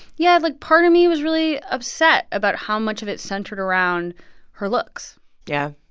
yeah, like, part of me was really upset about how much of it centered around her looks yeah.